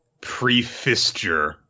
pre-fisture